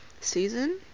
season